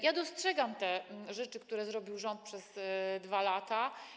Ja dostrzegam te rzeczy, które zrobił rząd przez 2 lata.